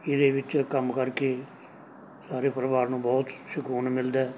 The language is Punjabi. ਇਹਦੇ ਵਿੱਚ ਕੰਮ ਕਰਕੇ ਸਾਰੇ ਪਰਿਵਾਰ ਨੂੰ ਬਹੁਤ ਸਕੂਨ ਮਿਲਦਾ